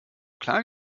klar